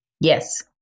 Yes